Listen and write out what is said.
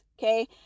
Okay